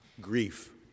grief